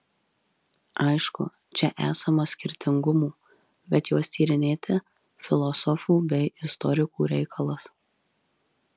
aišku čia esama skirtingumų bet juos tyrinėti filosofų bei istorikų reikalas